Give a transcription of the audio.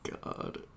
God